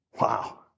Wow